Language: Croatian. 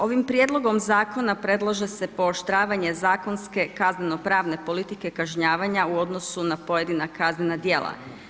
Ovim prijedlogom zakona predlaže se pooštravanje zakonske, kazneno pravne politike kažnjavanja u odnosu na pojedina kaznena djela.